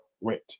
rent